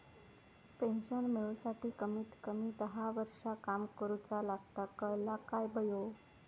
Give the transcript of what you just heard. Pension मिळूसाठी कमीत कमी दहा वर्षां काम करुचा लागता, कळला काय बायो?